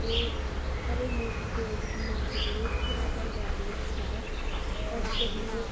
تہٕ اَوَے موٗجوٗب گٔیَس بہٕ ماٹِویٹ کہِ بہٕ کَرٕ گارڈنِنٛگ سِٹارٹ پَتہٕ کٔر مےٚ